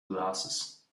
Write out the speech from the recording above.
glasses